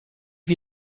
wie